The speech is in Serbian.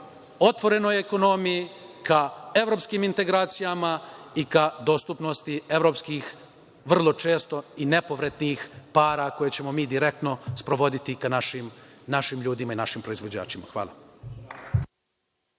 otvorenoj ekonomiji, ka evropskim integracijama i ka dostupnosti evropskih, vrlo često i nepovratnih para koje ćemo direktno sprovoditi ka našim ljudima i proizvođačima. Hvala.